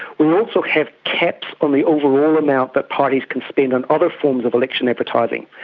we also have caps on the overall amount that parties can spend on other forms of election advertising.